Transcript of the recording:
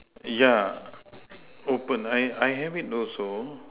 yeah open I I have it also